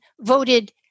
voted